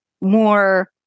more